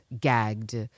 gagged